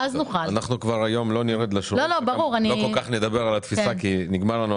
היום כבר לא נרד לשורות ולא כל כך נדבר על התפיסה כי הזמן נגמר לנו.